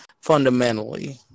fundamentally